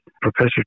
Professor